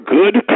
good